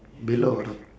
below the